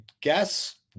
guess